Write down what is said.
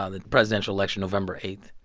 ah the presidential election, november eight.